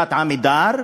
חברת "עמידר",